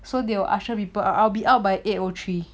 so they will usher people out I'll be out by eight O three